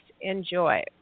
enjoy